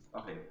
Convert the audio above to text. Okay